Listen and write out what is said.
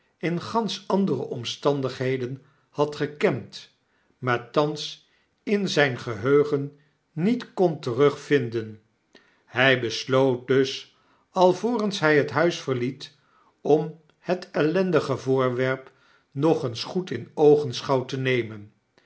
in gansch andere omstandigheden had gekend maar thans in zijn geheugen niet kon terugvinden hy besloot dus alvorens hy het huis verliet om het ellendige voorwerp nog eens goed in oogenschouw te nemen